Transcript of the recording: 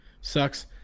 Sucks